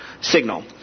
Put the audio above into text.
signal